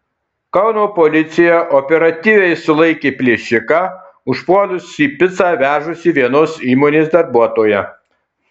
kauno policija operatyviai sulaikė plėšiką užpuolusį picą vežusį vienos įmonės darbuotoją